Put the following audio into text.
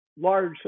large